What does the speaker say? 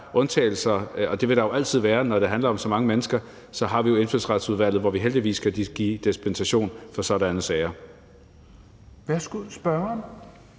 og det vil der jo altid være, når det handler om så mange mennesker, har vi Indfødsretsudvalget, hvor vi heldigvis kan give dispensation i sådanne sager.